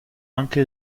anche